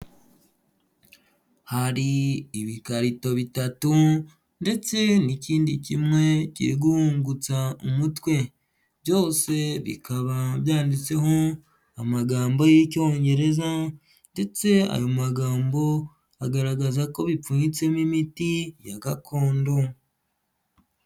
Hari ibikarito bitatu ndetse n'ikindi kimwe kiri guhungutsa umutwe. Byose bikaba byanditseho amagambo y'Icyongereza ndetse ayo magambo agaragaza ko bipfunyitsemo imiti ya gakondo.